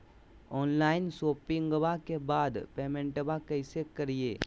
Online शोपिंग्बा के बाद पेमेंटबा कैसे करीय?